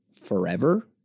forever